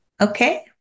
Okay